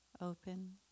open